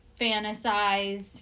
fantasized